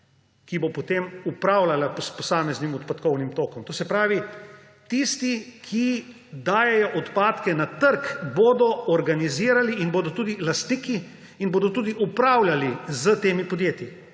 ki bo potem upravljala s posameznim odpadkovnim tokom. To se pravi, tisti, ki dajejo odpadke na trg, bodo organizirali in bodo tudi lastniki in bodo tudi upravljali s temi podjetji